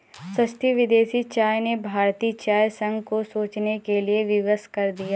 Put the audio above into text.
सस्ती विदेशी चाय ने भारतीय चाय संघ को सोचने के लिए विवश कर दिया है